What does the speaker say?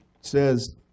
says